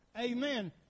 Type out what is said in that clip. amen